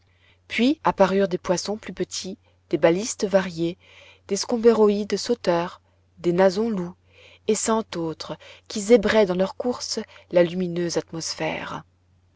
puis apparurent des poissons plus petits des balistes variés des scomberoïdes sauteurs des nasons loups et cent autres qui zébraient dans leur course la lumineuse atmosphère